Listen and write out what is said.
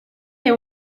they